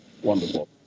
Wonderful